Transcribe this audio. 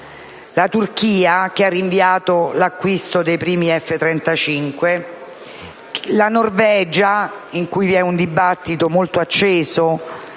La Turchia ha rinviato l'acquisto dei primi F-35. La Norvegia, dove vi è un dibattito molto acceso,